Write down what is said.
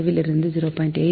55 லிருந்து 0